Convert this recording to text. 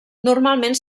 normalment